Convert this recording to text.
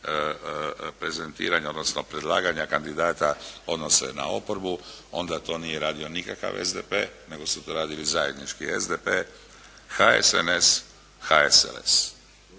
prezentiranja, odnosno predlaganja kandidata odnose na oporbu onda to nije radio nikakav SDP nego su to radili zajednički SDP, HSNS, HSLS,